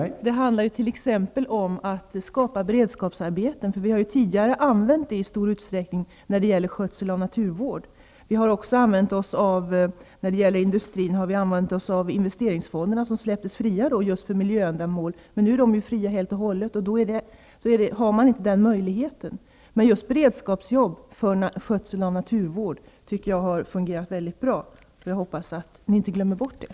Herr talman! Det handlar t.ex. om att skapa beredskapsarbeten. Vi har tidigare använt det i stor utsträckning när det gäller skötsel av naturvård. När det gäller industrin har vi använt oss av investeringsfonderna som släpptes fria för miljöändamål. Nu är de fria helt och hållet och man har inte den möjligheten. Jag tycker att beredskapsjobb för skötsel av naturvård har fungerat mycket bra, och jag hoppas att ni inte glömmer bort det.